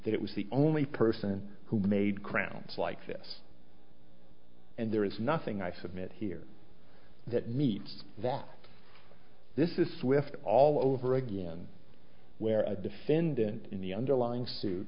that it was the only person who made crowns like this and there is nothing i submit here that meets that this is swift all over again where a defendant in the underlying s